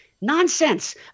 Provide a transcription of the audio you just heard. Nonsense